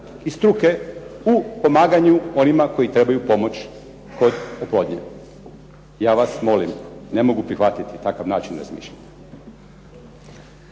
i struke u pomaganju onima koji trebaju pomoć kod oplodnje. Ja vas molim, ne mogu prihvatiti takav način razmišljanja.